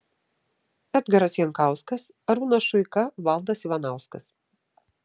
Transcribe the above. edgaras jankauskas arūnas šuika valdas ivanauskas